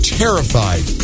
terrified